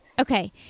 Okay